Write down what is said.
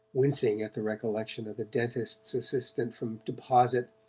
wincing at the recollection of the dentist's assistant from deposit,